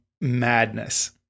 madness